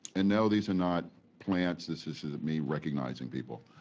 and, no, these are not plants. this is me recognizing people.